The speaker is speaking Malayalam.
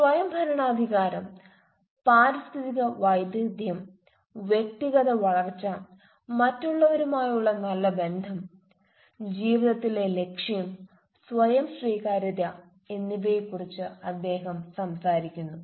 സ്വയംഭരണാധികാരം പാരിസ്ഥിതിക വൈദഗ്ദ്ധ്യം വ്യക്തിഗത വളർച്ച മറ്റുള്ളവരുമായുള്ള നല്ല ബന്ധം ജീവിതത്തിലെ ലക്ഷ്യം സ്വയം സ്വീകാര്യത എന്നിവയെക്കുറിച്ച് അദ്ദേഹം സംസാരിക്കുന്നു